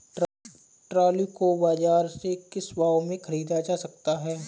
Trolley को बाजार से किस भाव में ख़रीदा जा सकता है?